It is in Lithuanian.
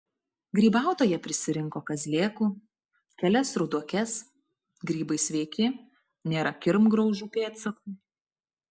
grybautoja prisirinko kazlėkų kelias ruduokes grybai sveiki nėra kirmgraužų pėdsakų